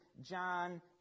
John